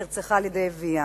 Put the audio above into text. נרצחה על-ידי אביה.